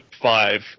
five